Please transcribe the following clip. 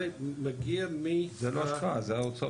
זה לא ההשקעה, זה ההוצאות.